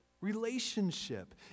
Relationship